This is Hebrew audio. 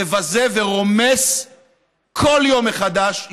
מבזה ורומס כל יום מחדש,